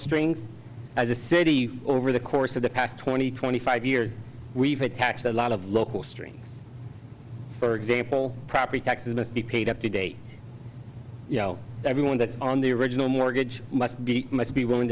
strings as a city over the course of the past twenty twenty five years we've attached a lot of local strings for example property taxes must be paid up to date you know everyone that's on the original mortgage must be must be willing